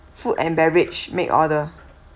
food and beverage make order